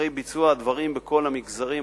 אחרי ביצוע הדברים בכל המגזרים.